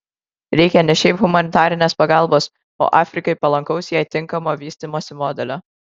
reikia ne šiaip humanitarinės pagalbos o afrikai palankaus jai tinkamo vystymosi modelio